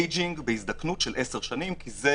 הדיוק בהזדקנות של עשר שנים כי זה